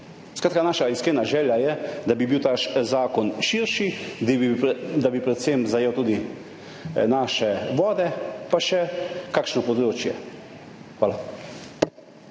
naša iskrena želja je, da bi bil ta zakon širši, da bi zajel predvsem tudi naše vode, pa še kakšno področje. Hvala.